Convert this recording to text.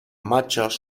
machos